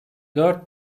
dört